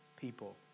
people